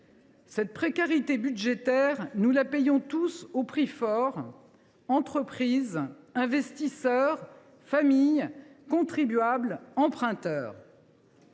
Cette précarité budgétaire, nous la payons tous au prix fort – entreprises, investisseurs, familles, contribuables, emprunteurs.